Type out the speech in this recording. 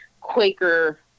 Quaker